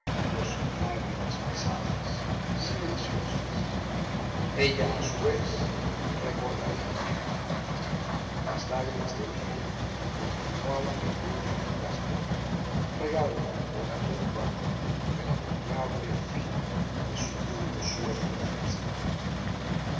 dos lágrimas pesadas silenciosas ella a su vez recordaría y las lágrimas de lidia continuaban una tras otra regando como una tumba el abominable fin de su único sueño de felicidad